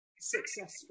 successful